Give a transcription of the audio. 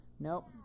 Nope